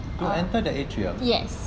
yes